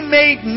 made